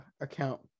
account